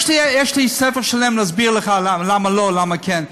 יש לי ספר שלם להסביר לך למה לא, למה כן.